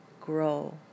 grow